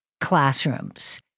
classrooms